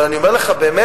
אבל אני אומר לך באמת: